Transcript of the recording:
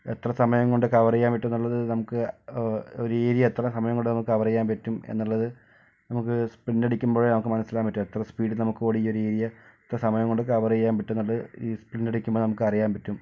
എത്ര സമയം കൊണ്ട് കവർ ചെയ്യാൻ പറ്റും എന്നുള്ളത് നമുക്ക് ഒരു ഏരിയ എത്ര സമയം കൊണ്ട് നമുക്ക് കവർ ചെയ്യാൻ പറ്റും എന്നുള്ളത് നമുക്ക് സ്പ്രിൻറ് അടിക്കുമ്പോഴേ നമുക്ക് മനസ്സിലാക്കാൻ പറ്റൂ എത്ര സ്പീഡിൽ നമുക്ക് ഓടി ഈ ഒരു ഏരിയ എത്ര സമയം കൊണ്ട് കവർ ചെയ്യാൻ പറ്റും എന്നുള്ളത് ഈ സ്പ്രിൻറ് അടിക്കുമ്പോൾ നമുക്ക് അറിയാൻ പറ്റും